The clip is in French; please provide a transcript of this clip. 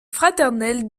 fraternelle